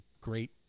great